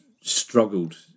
struggled